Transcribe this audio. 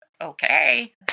okay